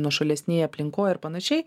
nuošalesnėj aplinkoj ir panašiai